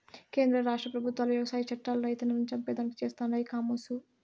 కేంద్ర రాష్ట్ర పెబుత్వాలు వ్యవసాయ చట్టాలు రైతన్నలను చంపేదానికి చేస్తండాయి కామోసు